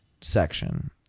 section